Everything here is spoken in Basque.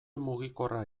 mugikorra